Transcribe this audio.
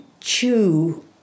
chew